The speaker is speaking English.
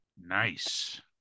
Nice